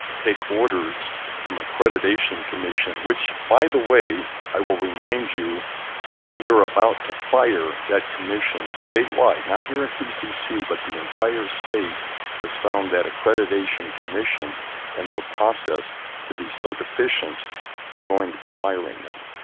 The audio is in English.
take orders from accreditation commission which, by the way, i will remind you we are about to fire that commission statewide, not here in pcc, but the entire state has found that accreditation commission and their process to be so deficient we are going to be firing them.